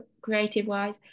creative-wise